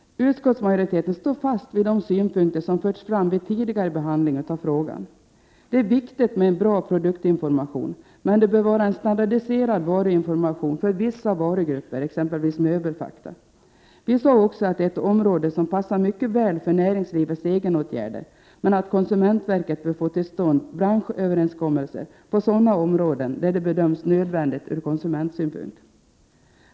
Utskottsmajoriteten står fast vid de synpunkter som förts fram vid tidigare behandling av frågan. Det är viktigt med en bra produktinformation, men det bör vara en standardiserad varuinformation för vissa varugrupper, t.ex. möbelfakta. Vi sade också att det är ett område som passar mycket väl för näringslivets egenåtgärder men att konsumentverket bör få till stånd branschöverenskommelser på sådana områden där det bedöms nödvändigt ur konsumentsynpunkt.